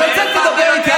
אז על זה תדבר איתי.